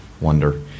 wonder